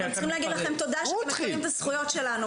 אנחנו צריכים להגיד לכם תודה שאתם מכירים בזכויות שלנו,